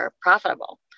profitable